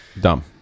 Dumb